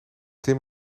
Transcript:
tim